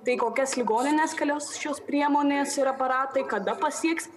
tai į kokias ligonines keliaus šios priemonės ir aparatai kada pasieks